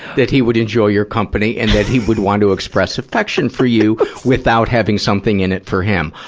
that he would enjoy your company, and that he would want to express affection for you without having something in it for him.